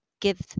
give